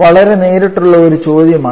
വളരെ നേരിട്ടുള്ള ഒരു ചോദ്യമാണിത്